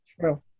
True